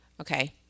okay